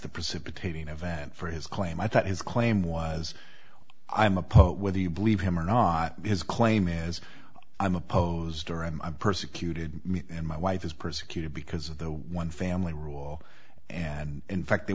the precipitating event for his claim i thought his claim was i'm a pope whether you believe him or not his claim is i'm opposed to her and i persecuted me and my wife is persecuted because of the one family rule and in fact they